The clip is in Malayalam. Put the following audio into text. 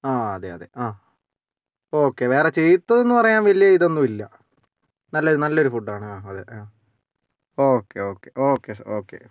ആ അതെ അതെ ആ ഓക്കേ വേറെ ചീത്തത് എന്ന് പറയാൻ വലിയ ഇതൊന്നുമില്ല നല്ല നല്ലൊരു ഫുഡ് ആണ് ആ അതെ ആ ഓക്കേ ഓക്കേ ഓക്കേ ശ് ഓക്കേ